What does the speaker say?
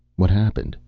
what happened?